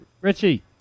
Richie